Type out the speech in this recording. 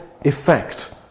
effect